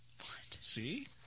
See